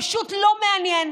פשוט לא מעניין.